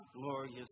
glorious